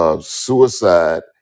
suicide